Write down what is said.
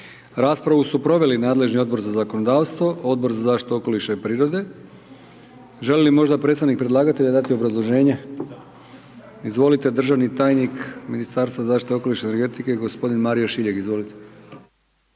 Raspravu su proveli nadležni Odbor za zakonodavstvo, Odbor za zaštitu okoliša i prirode. Želi li možda predstavnik predlagatelja dati obrazloženje? Izvolite, državni tajnik ministarstva zaštite okoliša i energetike, gospodin Mario Šiljeg,